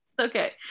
Okay